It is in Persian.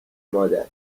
مادر